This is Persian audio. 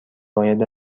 باید